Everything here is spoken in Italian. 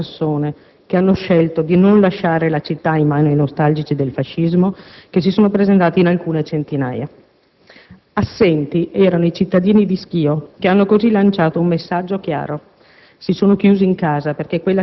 cui hanno partecipato oltre un migliaio di persone che hanno scelto di non lasciare la città in mano ai nostalgici del fascismo, che si sono presentati in alcune centinaia. Assenti erano i cittadini di Schio, che hanno così lanciato un messaggio chiaro: